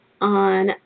on